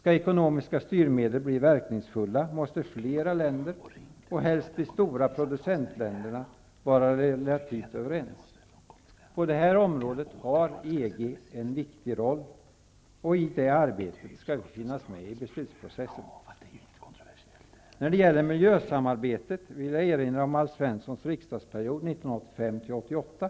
Om ekonomiska styrmedel skall bli verkningsfulla måste flera länder, och helst de stora producentländerna, vara relativt överens. EG har en viktig roll på det här området. I det arbetet skall vi finnas med i beslutsprocessen. När det gäller miljösamarbetet vill jag erinra om Alf Svenssons riksdagsperiod 1985--1988.